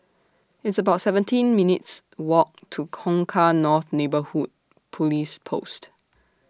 It's about seventeen minutes' Walk to Kong Kah North Neighbourhood Police Post